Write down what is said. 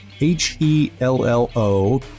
H-E-L-L-O